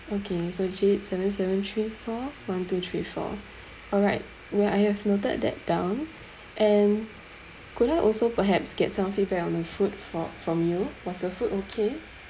okay so jade seven seven three four one two three four all right where I have noted that down and could I also perhaps get some feedback on the food for from you was the food okay